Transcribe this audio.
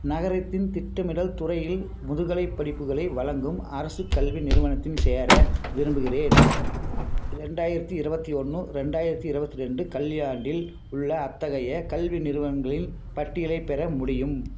நகரத்தின் திட்டமிடல் துறையில் முதுகலைப் படிப்புகளை வழங்கும் அரசுக் கல்வி நிறுவனத்தின் சேர விரும்புகிறேன் ரெண்டாயிரத்தி இருபத்தி ஒன்று ரெண்டாயிரத்தி இருபத்தி ரெண்டு கல்வியாண்டில் உள்ள அத்தகைய கல்வி நிறுவனங்களில் பட்டியலைப் பெற முடியும்